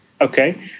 Okay